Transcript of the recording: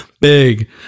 Big